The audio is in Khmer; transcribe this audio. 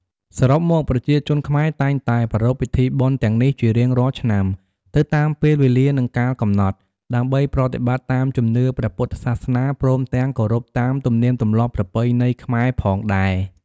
សរុបមក ប្រជាជនខ្មែរតែងតែប្រារព្ធពិធីបុណ្យទាំងនេះជារៀងរាល់ឆ្នាំទៅតាមពេលវេលានិងកាលកំណត់ ដើម្បីប្រតិបត្តិតាមជំនឿព្រះពុទ្ធសាសនា ព្រមទាំងគោរពតាមទំនៀមទម្លាប់ប្រពៃណីខ្មែរផងដែរ។